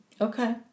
Okay